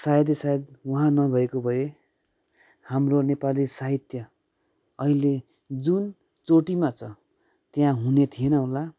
सायदै सायद उहाँ नभएको भए हाम्रो नेपाली साहित्य अहिले जुन चोटीमा छ त्यहाँ हुने थिएन होला